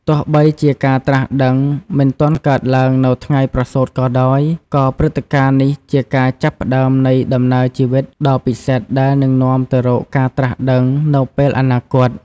ទោះបីជាការត្រាស់ដឹងមិនទាន់កើតឡើងនៅថ្ងៃប្រសូតក៏ដោយ ក៏ព្រឹត្តិការណ៍នេះជាការចាប់ផ្ដើមនៃដំណើរជីវិតដ៏ពិសិដ្ឋដែលនឹងនាំទៅរកការត្រាស់ដឹងនៅពេលអនាគត។